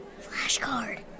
Flashcard